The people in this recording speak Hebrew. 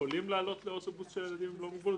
שיכולים לעלות לאוטובוס של ילדים ללא מוגבלות.